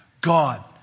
God